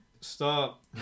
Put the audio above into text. Stop